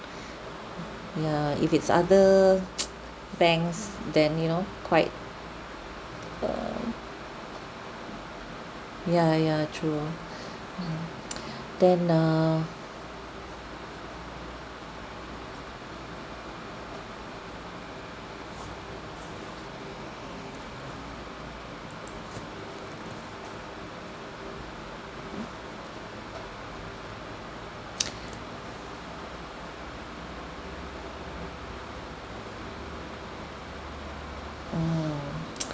yeah if it's other banks then you know quite um yeah yeah true then uh oh